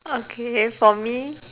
okay for me